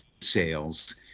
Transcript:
sales